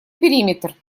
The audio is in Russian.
периметр